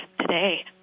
today